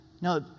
No